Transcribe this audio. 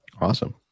Awesome